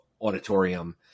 auditorium